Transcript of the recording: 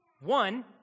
One